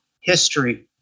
history